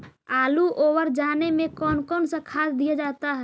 आलू ओवर जाने में कौन कौन सा खाद दिया जाता है?